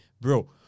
bro